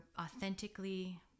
authentically